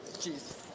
Jesus